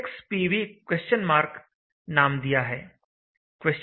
' नाम दिया है '